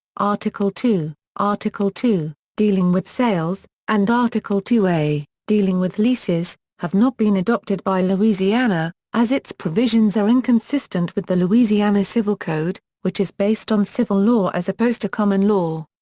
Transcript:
article two article two, dealing with sales, and article two a, dealing with leases, have not been adopted by louisiana, as its provisions are inconsistent with the louisiana civil code, which is based on civil law as opposed to common law.